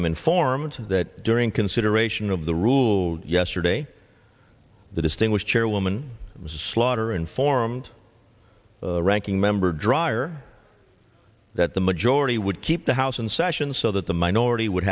am informed that during consideration of the rule yesterday the distinguished chairwoman slaughter informed the ranking member dreier that the majority would keep the house in session so that the minority would